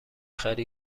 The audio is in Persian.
خری